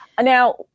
Now